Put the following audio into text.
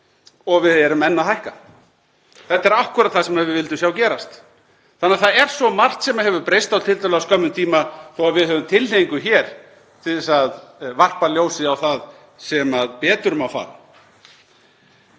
og við erum enn að hækka. Þetta er akkúrat það sem við vildum sjá gerast. Þannig að það er svo margt sem hefur breyst á tiltölulega skömmum tíma þó að við höfum tilhneigingu hér til þess að varpa ljósi á það sem betur má fara.